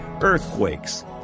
earthquakes